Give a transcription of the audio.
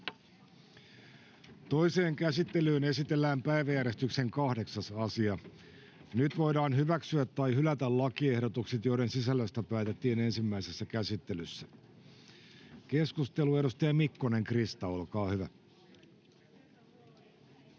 Toiseen käsittelyyn esitellään päiväjärjestyksen 8. asia. Nyt voidaan hyväksyä tai hylätä lakiehdotukset, joiden sisällöstä päätettiin ensimmäisessä käsittelyssä. — Keskustelu, edustaja Mikkonen, Krista, olkaa hyvä. [Speech